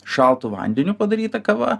šaltu vandeniu padaryta kava